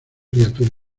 criatura